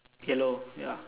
yellow ya